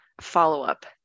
follow-up